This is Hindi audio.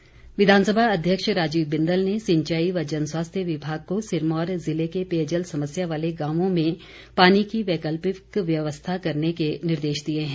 बिंदल विधानसभा अध्यक्ष राजीव बिंदल ने सिंचाई व जन स्वास्थ्य विभाग को सिरमौर जिले के पेयजल समस्या वाले गांवों में पानी की वैकल्पिक व्यवस्था करने के निर्देश दिए हैं